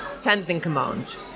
tenth-in-command